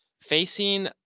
facing